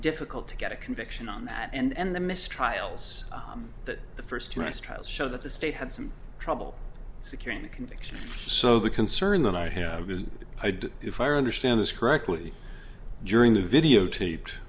difficult to get a conviction on that and the mis trials that the first arrest trials show that the state had some trouble securing the conviction so the concern that i have had if i understand this correctly during the videotaped